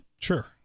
Sure